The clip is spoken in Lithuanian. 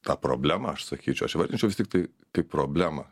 tą problemą aš sakyčiau aš įvardinčiau vis tiktai kaip problemą